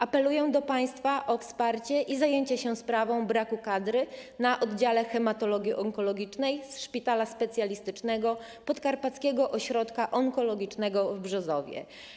Apeluję do państwa o wsparcie i zajęcie się sprawą braku kadry na oddziale hematologii onkologicznej Szpitala Specjalistycznego - Podkarpackiego Ośrodka Onkologicznego w Brzozowie.